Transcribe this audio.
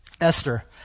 Esther